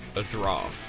a draw.